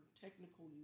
technical